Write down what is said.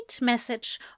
message